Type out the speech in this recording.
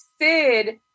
Sid